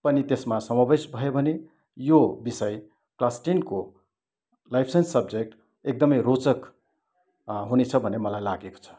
पनि त्यसमा समावेश भयो भने यो विषय क्लास टेनको लाइफ साइन्स सब्जेक्ट एकदमै रोचक हुनेछ भन्ने मलाई लागेको छ